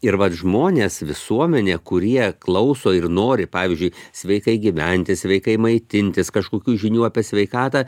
ir vat žmonės visuomenė kurie klauso ir nori pavyzdžiui sveikai gyventi sveikai maitintis kažkokių žinių apie sveikatą